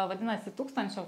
vadinasi tūkstančio